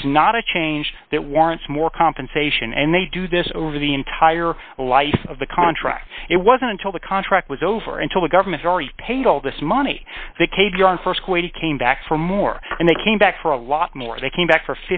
is not a change that warrants more compensation and they do this over the entire life of the contract it wasn't until the contract was over until the government already paid all this money vacated your own st quit came back for more and they came back for a lot more they came back for